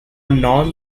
non